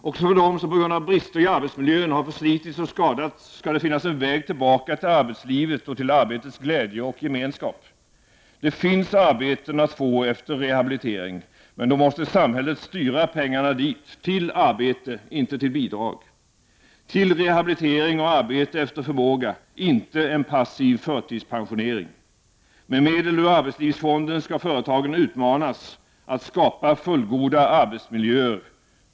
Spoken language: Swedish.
Också för dem som på grund av brister i arbetsmiljön har förslitits och skadats skall det finnas en väg tillbaka till arbetslivet och till arbetets glädje och gemenskap. Det finns arbete att få efter rehabilitering, men då måste samhället styra pengarna dit — till arbete, inte till bidrag, till rehabilitering och arbete efter förmåga, inte till en passiv förtidspensionering. Med medel ur arbetslivsfonden skall företagen utmanas att skapa fullgoda arbetsmiljöer.